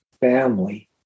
family